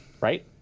Right